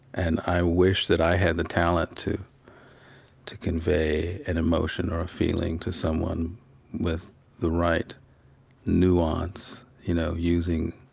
and i wish that i had the talent to to convey an emotion or a feeling to someone with the right nuance, you know, using